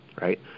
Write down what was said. right